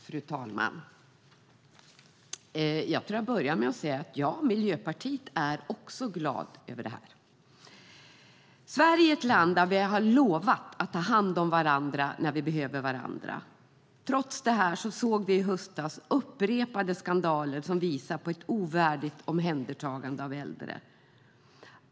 Fru talman! Jag tror att jag börjar med att säga att vi i Miljöpartiet också är glada över det här. Sverige är ett land där vi har lovat att ta hand om varandra när vi behöver varandra. Trots detta såg vi i höstas upprepade skandaler som visar på ett ovärdigt omhändertagande av äldre.